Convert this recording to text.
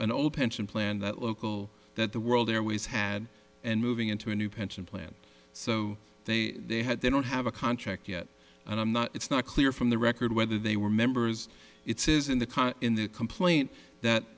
an old pension plan that local that the world airways had and moving into a new pension plan so they they had they don't have a contract yet and i'm not it's not clear from the record whether they were members it says in the car in their complaint that